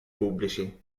pubblici